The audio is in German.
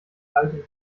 alte